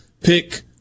pick